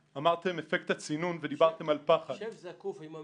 יש חופש לומר גם שטויות.